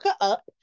up